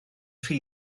rhy